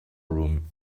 room